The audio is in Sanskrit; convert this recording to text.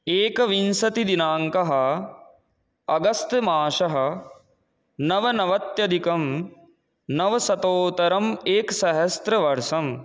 एकविंशतिदिनाङ्कः अगस्त् मासः नवनवत्यधिकं नवशतोत्तरम् एकसहस्रवर्षं